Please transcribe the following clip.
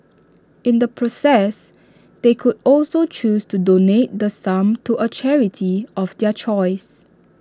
in the process they could also choose to donate the sum to A charity of their choice